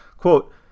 Quote